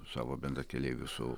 savo bendrakeleiviu su